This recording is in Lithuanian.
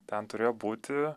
ten turėjo būti